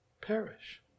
perish